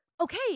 Okay